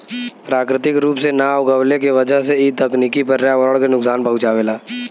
प्राकृतिक रूप से ना उगवले के वजह से इ तकनीकी पर्यावरण के नुकसान पहुँचावेला